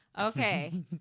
Okay